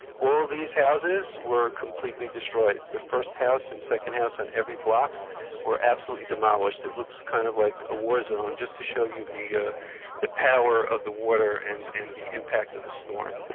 all these houses were completely destroyed. the first house and second house in every block were absolutely demolished. it looks kind of like a warzone, just to show you the the power of the water and the impact of the storm.